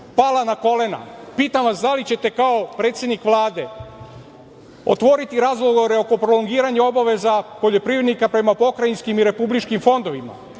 pala na kolena. Pitam vas da li ćete kao predsednik Vlade otvoriti razgovore oko prolongiranja obaveza poljoprivrednika prema pokrajinskim i republičkim fondovima?